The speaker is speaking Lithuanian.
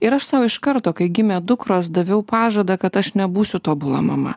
ir aš sau iš karto kai gimė dukros daviau pažadą kad aš nebūsiu tobula mama